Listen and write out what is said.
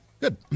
Good